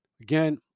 again